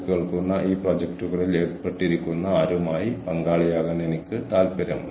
ഒരുപക്ഷേ നിങ്ങളുടെ കരിയറിൽ മുന്നോട്ട് പോകാൻ ഇത് നിങ്ങളെ സഹായിക്കും